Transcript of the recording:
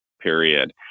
period